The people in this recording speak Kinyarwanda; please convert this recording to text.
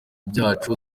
byacu